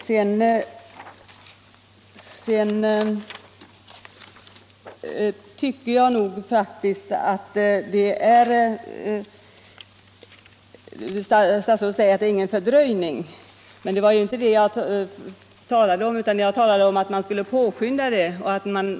Statsrådet säger att det inte skett någon fördröjning, men det var inte det jag talade om utan jag sade att man borde påskynda utredningen.